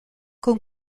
con